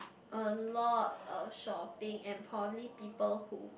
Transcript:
a lot of shopping and probably people who